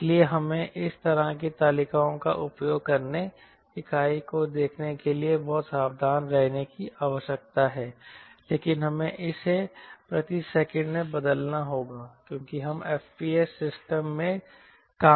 इसलिए हमें इस तरह की तालिकाओं का उपयोग करने इकाई को देखने के लिए बहुत सावधान रहने की आवश्यकता है लेकिन हमें इसे प्रति सेकंड में बदलना होगा क्योंकि हम FPS सिस्टम में काम कर रहे हैं